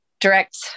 direct